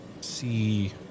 see